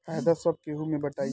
फायदा सब केहू मे बटाई